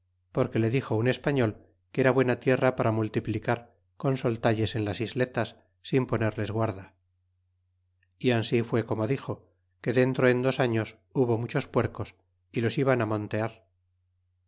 porque le dixo un español que era buena tierra para multiplicar con soltalles en las isletas sin ponerles guarda y ansi fue como dixo que dentro en dos años hubo muchos puercos y los iban á montear